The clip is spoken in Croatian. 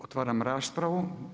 Otvaram raspravu.